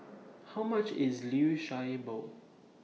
How much IS Liu Sha Bao